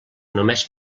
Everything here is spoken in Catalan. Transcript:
només